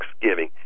thanksgiving